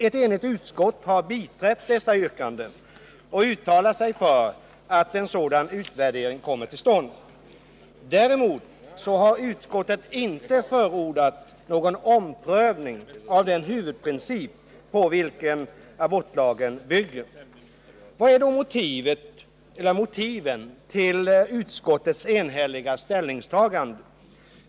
Ett enigt utskott har biträtt dessa yrkanden och uttalar sig för att en sådan utvärdering kommer till stånd. Däremot har utskottet inte förordat någon omprövning av den huvudprincip på vilken abortlagen bygger. Vilka är då motiven till utskottets enhälliga ställningstagande?